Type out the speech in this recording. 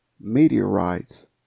meteorites